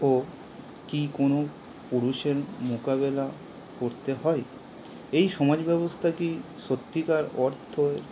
ও কি কোনও পুরুষের মোকাবিলা করতে হয় এই সমাজব্যবস্থা কি সত্যিকার অর্থ